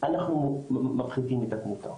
אנחנו מפחיתים את התמותה.